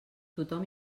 tothom